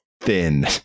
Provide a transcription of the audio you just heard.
thin